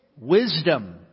Wisdom